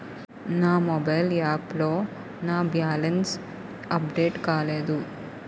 నా mobile app లో నా బ్యాలెన్స్ అప్డేట్ కాలేదు